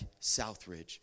Southridge